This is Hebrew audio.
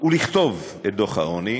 ולכתוב את דוח העוני,